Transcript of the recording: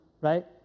right